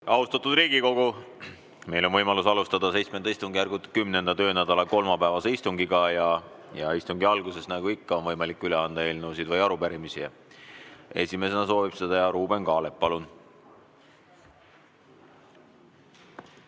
Austatud Riigikogu! Meil on võimalus alustada VII istungjärgu 10. töönädala kolmapäevast istungit. Ja istungi alguses, nagu ikka, on võimalik üle anda eelnõusid ja arupärimisi. Esimesena soovib seda teha Ruuben Kaalep.